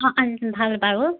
অঁ ভাল বাৰু